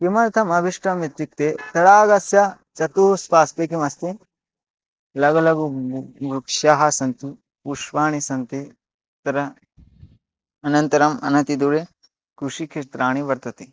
किमर्थम् आविष्टम् इत्युक्ते तडागस्य चतुस् पार्श्विकमस्ति लघु लघु वृक्षाः सन्ति पुष्पाणि सन्ति तत्र अनन्तरम् अनतिदूरे कृषिक्षेत्राणि वर्तन्ते